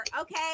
Okay